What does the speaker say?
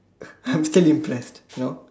I'm still impressed you know